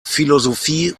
philosophie